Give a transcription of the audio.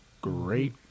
great